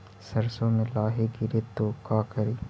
सरसो मे लाहि गिरे तो का करि?